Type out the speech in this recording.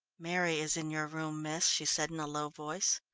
mary is in your room, miss, she said in a low voice.